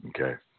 Okay